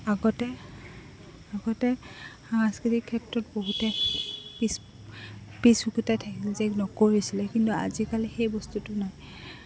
আগতে আগতে সাংস্কৃতিক ক্ষেত্ৰত বহুতে পিছ পিছ থাকিল যে নকৰিছিলে কিন্তু আজিকালি সেই বস্তুটো নাই